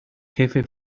jefe